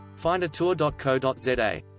findatour.co.za